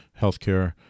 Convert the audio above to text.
Healthcare